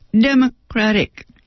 Democratic